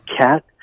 cat